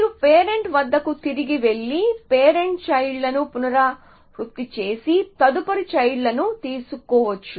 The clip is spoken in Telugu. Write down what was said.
మీరు పేరెంట్ వద్దకు తిరిగి వెళ్లి పేరెంట్ చైల్డ్ లను పునరుత్పత్తి చేసి తదుపరి చైల్డ్ లని తీసుకోవచ్చు